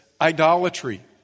idolatry